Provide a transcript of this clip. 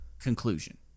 conclusion